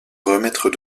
remettre